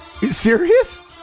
serious